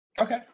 Okay